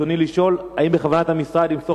רצוני לשאול: האם בכוונת המשרד למסור